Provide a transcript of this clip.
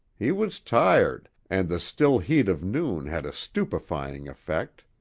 he was tired, and the still heat of noon had a stupefying effect.